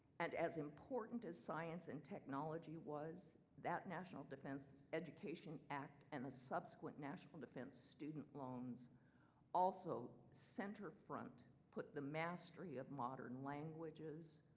and as important as science and technology was that national defense education act and the subsequent national defense student loans also center-front put the mastery of modern languages,